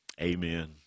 amen